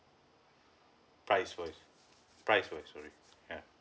price wise price wise sorry yeah